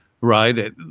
right